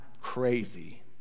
crazy